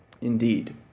Indeed